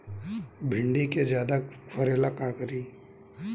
भिंडी के ज्यादा फरेला का करी?